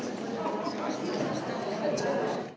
Hvala